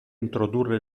introdurre